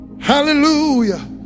Hallelujah